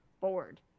board